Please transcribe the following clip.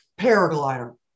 paraglider